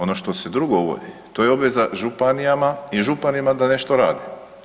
Ono što se drugo uvodi, to je obveza županijama i županima da nešto rade.